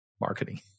marketing